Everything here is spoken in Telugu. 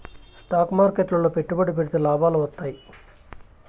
స్టాక్ మార్కెట్లు లో పెట్టుబడి పెడితే లాభాలు వత్తాయి